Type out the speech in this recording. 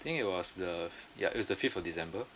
I think it was the fi~ ya it was the fifth of december